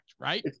right